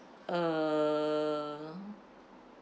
uh